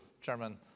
Chairman